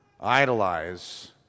idolize